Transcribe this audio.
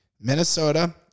Minnesota